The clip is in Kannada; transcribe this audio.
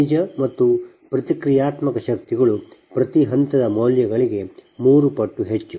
ನೈಜ ಮತ್ತು ಪ್ರತಿಕ್ರಿಯಾತ್ಮಕ ಶಕ್ತಿಗಳು ಪ್ರತಿ ಹಂತದ ಮೌಲ್ಯಗಳಿಗೆ ಮೂರು ಪಟ್ಟು ಹೆಚ್ಚು